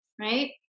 right